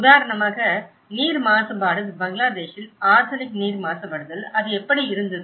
உதாரணமாக நீர் மாசுபாடு பங்களாதேஷில் ஆர்சனிக் நீர் மாசுபடுதல் அது எப்படி இருந்தது